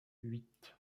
huit